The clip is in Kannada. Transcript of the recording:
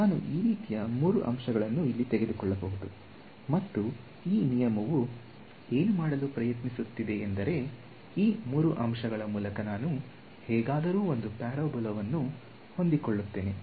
ನಾನು ಈ ರೀತಿಯ ಕೆಲವು ಮೂರು ಅಂಶಗಳನ್ನು ಇಲ್ಲಿ ತೆಗೆದುಕೊಳ್ಳಬಹುದು ಮತ್ತು ಈ ನಿಯಮವು ಏನು ಮಾಡಲು ಪ್ರಯತ್ನಿಸುತ್ತಿವೆ ಎಂದರೆ ಈ ಮೂರು ಅಂಶಗಳ ಮೂಲಕ ನಾನು ಹೇಗಾದರೂ ಒಂದು ಪ್ಯಾರಾಬೋಲಾವನ್ನು ಹೊಂದಿಕೊಳ್ಳುತ್ತೇನೆ